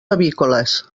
avícoles